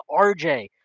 RJ